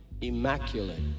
immaculate